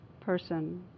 person